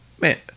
man